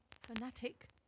fanatic